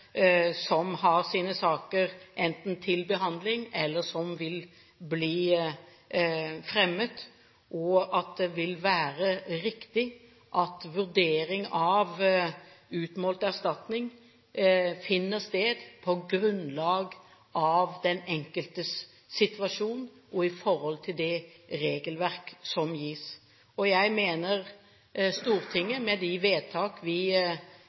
som enten har sine saker til behandling, eller som vil fremme sine saker, og at det vil være riktig at vurdering av utmålt erstatning finner sted på grunnlag av den enkeltes situasjon og i forhold til det regelverk som gis. Jeg mener at Stortinget, med de vedtak vi